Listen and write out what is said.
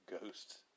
ghosts